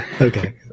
Okay